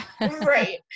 Right